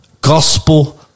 gospel